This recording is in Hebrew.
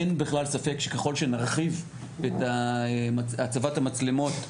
אין בכלל ספק שככל שנרחיב את הצבת המצלמות,